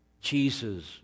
Jesus